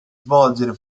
svolgere